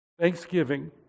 Thanksgiving